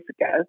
ago